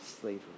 slavery